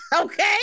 okay